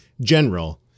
general